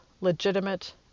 legitimate